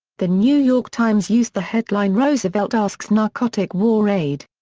the new york times used the headline roosevelt asks narcotic war aid.